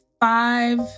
five